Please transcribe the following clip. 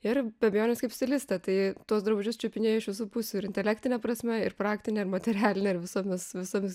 ir be abejonės kaip stilistė tai tuos drabužius čiupinėju iš visų pusių ir intelektine prasme ir praktine ir materialine ir visomis visomis